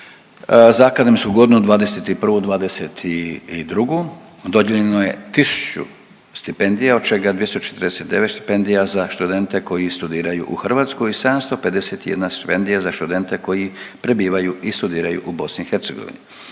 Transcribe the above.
Za akademsku godinu '21./'22. dodijeljeno je tisuću stipendija, od čega 249 stipendija za študente koji studiraju u Hrvatskoj, 751 stipendija za študente koji prebivaju i studiraju u BiH. Time je dan,